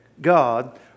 God